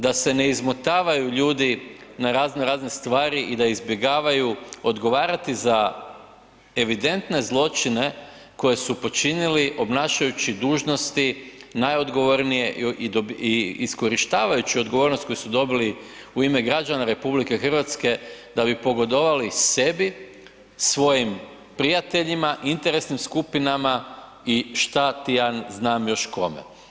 Da se ne izmotavaju ljudi na razno razne stvari i da izbjegavaju odgovarati za evidentne zločine koje su počinili obnašajući dužnosti najodgovornije i iskorištavajući odgovornost koju su dobili u ime građana RH da bi pogodovali sebi, svojim prijateljima, interesnim skupinama i šta ti ja znam još kome.